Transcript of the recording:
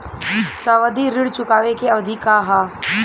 सावधि ऋण चुकावे के अवधि का ह?